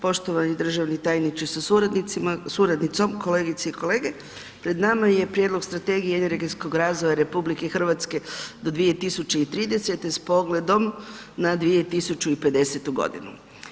Poštovani državni tajniče sa suradnicima, suradnicom, kolegice i kolege pred nama je Prijedlog Strategije energetskog razvoja RH do 2030. s pogledom na 2050. godinu.